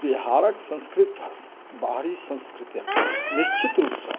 बिहारक सांकृति पर बाहरी सांस्कृतिक निश्चित रुपसँ